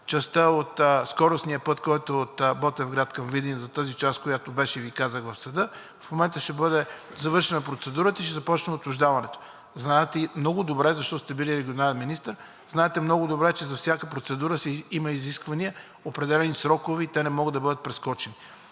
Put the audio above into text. частта от скоростния път, който е от Ботевград към Видин. За тази част, която Ви казах, в съда в момента ще бъде завършена процедурата и ще започне отчуждаването. Знаете много добре, защото сте били и регионален министър, знаете много добре, че за всяка процедура има изисквания, определени срокове и те не могат да бъдат прескочени.